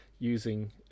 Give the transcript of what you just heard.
using